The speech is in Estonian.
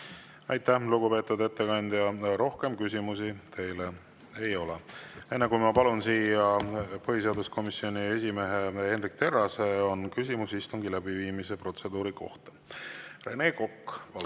Aitäh, lugupeetud ettekandja! Rohkem küsimusi teile ei ole. Enne kui ma palun siia põhiseaduskomisjoni esimehe Hendrik Terrase, on küsimus istungi läbiviimise protseduuri kohta. Rene Kokk, palun!